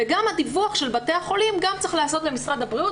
גם הדיווח של בתי החולים צריך להיעשות למשרד הבריאות.